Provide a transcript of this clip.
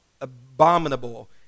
abominable